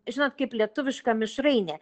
žinot kaip lietuvišką mišrainė